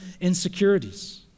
insecurities